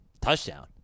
touchdown